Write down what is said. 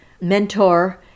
mentor